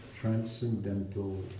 Transcendental